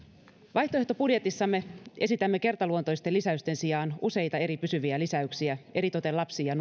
vaihtoehtobudjetissamme esitämme kertaluontoisten lisäysten sijaan useita erilaisia pysyviä lisäyksiä eritoten lapsille ja